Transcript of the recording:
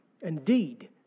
Indeed